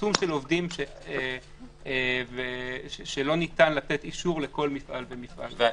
עצום של עובדים שלא ניתן לתת אישור לכל מפעל ומפעל.